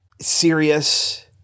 serious